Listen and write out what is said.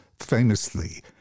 Famously